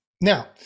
Now